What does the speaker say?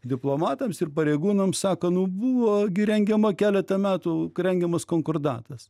diplomatams ir pareigūnams sako nu buvo rengiama keletą metų rengiamas konkordatas